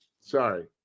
Sorry